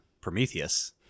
Prometheus-